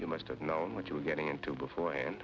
you must have known what you were getting into before and